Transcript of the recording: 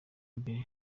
mbere